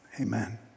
amen